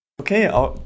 Okay